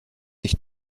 ich